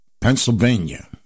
Pennsylvania